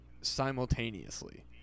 simultaneously